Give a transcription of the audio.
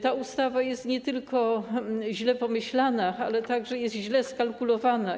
Ta ustawa nie tylko jest źle pomyślana, ale także jest źle skalkulowana.